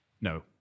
no